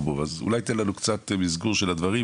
אז אולי תיתן לנו קצת מסגור של הדברים,